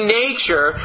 nature